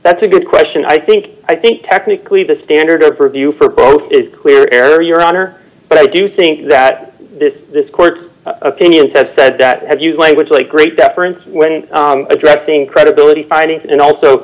that's a good question i think i think technically the standard preview for both is clear error your honor but i do think that this this court opinions have said that have used language like great deference when addressing credibility findings and